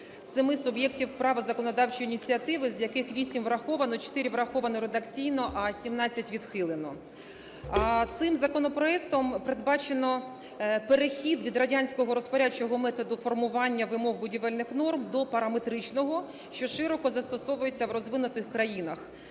суб'єктів права законодавчої ініціативи, з яких 8 враховано, 4 враховано редакційно, а 17 відхилено. Цим законопроектом передбачено перехід від радянського розпорядчого методу формування вимог будівельних норм до параметричного, що широко застосовується в розвинутих країнах.